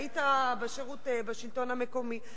היית בשירות בשלטון המקומי.